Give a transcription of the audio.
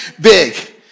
big